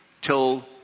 till